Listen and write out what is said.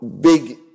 big